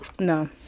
No